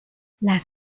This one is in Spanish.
las